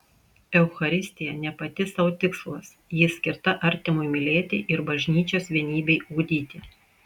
eucharistija ne pati sau tikslas ji skirta artimui mylėti ir bažnyčios vienybei ugdyti